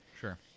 Sure